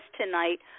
tonight